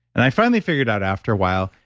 and i finally figured out after a while,